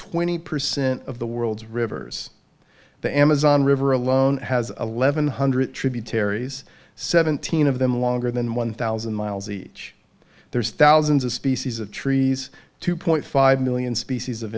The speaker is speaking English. twenty percent of the world's rivers the amazon river alone has eleven hundred tributaries seventeen of them longer than one thousand miles each there's thousands of species of trees two point five million species of